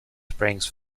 springs